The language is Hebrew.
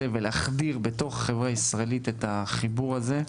ולהחדיר בתוך החברה הישראלית את החיבור הזה.